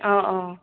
অ' অ'